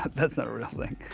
that's not a real thing.